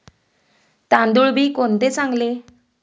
तांदूळ बी कोणते चांगले?